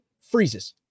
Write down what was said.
freezes